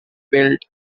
built